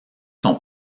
sont